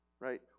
Right